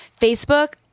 Facebook